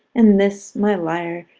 and this, my lyre,